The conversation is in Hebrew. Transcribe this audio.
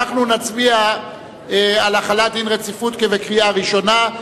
אנחנו נצביע על החלת דין רציפות כבקריאה ראשונה.